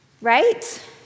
right